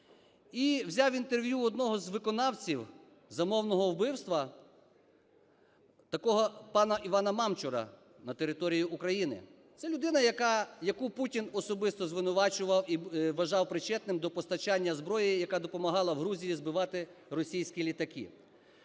взяв інтерв'ю у одного з виконавців замовного вбивства, такого пана ІванаМамчура на території України. Це людина, яку Путін особисто звинувачував і вважав причетним до постачання зброї, яка допомагала в Грузії збивати російські літаки.